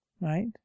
Right